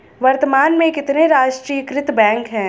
वर्तमान में कितने राष्ट्रीयकृत बैंक है?